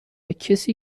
کسی